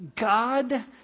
God